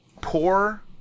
poor